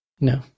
no